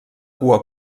cua